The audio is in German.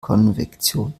konvektion